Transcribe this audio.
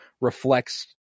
reflects